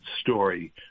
story